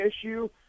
issue